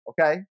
Okay